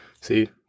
See